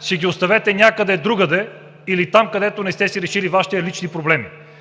си ги оставете някъде другаде или там, където не сте си решили Вашите лични проблеми.